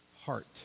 heart